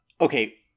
okay